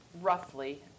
roughly